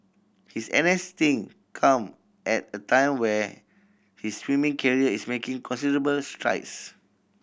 his N S stint come at a time when his swimming career is making considerable strides